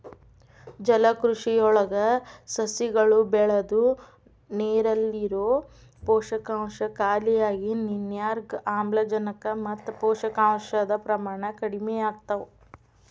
ಜಲಕೃಷಿಯೊಳಗ ಸಸಿಗಳು ಬೆಳದು ನೇರಲ್ಲಿರೋ ಪೋಷಕಾಂಶ ಖಾಲಿಯಾಗಿ ನಿರ್ನ್ಯಾಗ್ ಆಮ್ಲಜನಕ ಮತ್ತ ಪೋಷಕಾಂಶದ ಪ್ರಮಾಣ ಕಡಿಮಿಯಾಗ್ತವ